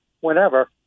whenever